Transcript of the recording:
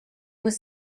was